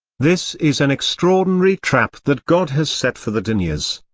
this is an extraordinary trap that god has set for the deniers.